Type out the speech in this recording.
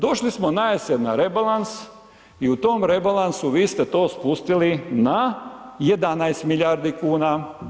Došli smo najesen na rebalans i u tom rebalansu vi ste to spustili na 11 milijardi kuna.